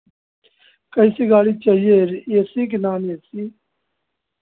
कैसी गाड़ी चाहिए अभी ए सी कि नॉन ए सी